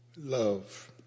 love